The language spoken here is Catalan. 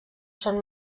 són